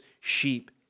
sheep